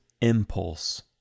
Impulse